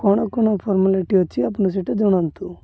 କ'ଣ କ'ଣ ଫର୍ମାଲିଟି ଅଛି ଆପଣ ସେଇଟା ଜଣାନ୍ତୁ